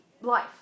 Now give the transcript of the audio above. life